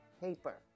paper